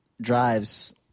drives